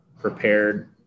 prepared